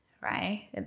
right